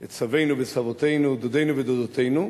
את סבינו וסבותינו, דודינו ודודותינו.